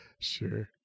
Sure